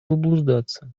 заблуждаться